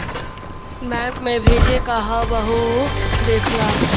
bank मे भेजे क हौ वहु देख ला